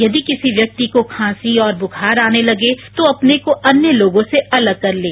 यदि किसी व्यक्ति को खांसी और बुखार आने लगे तो अपने को अन्य लोगों से अलग कर लें